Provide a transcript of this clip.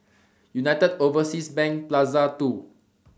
United Overseas Bank Plaza two